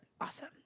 awesome